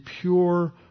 pure